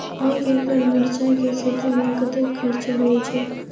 एक एकड़ मिरचाय के खेती में कतेक खर्च होय छै?